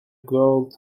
gold